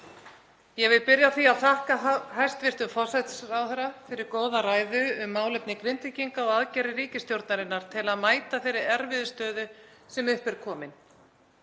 Ég vil byrja á því að þakka hæstv. forsætisráðherra fyrir góða ræðu um málefni Grindvíkinga og aðgerðir ríkisstjórnarinnar til að mæta þeirri erfiðu stöðu sem upp er komin.